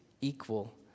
equal